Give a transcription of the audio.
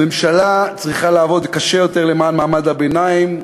הממשלה צריכה לעבוד קשה יותר למען מעמד הביניים,